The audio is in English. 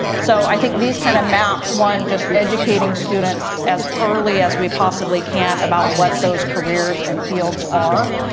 so, i think these kind of maps, one, just educating students as early as we possibly can about what those careers and fields are,